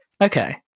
Okay